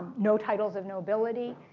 no title of no ability.